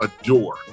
adore